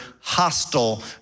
hostile